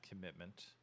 commitment